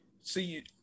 See